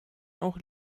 auch